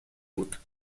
بود